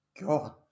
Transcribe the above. God